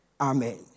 Amen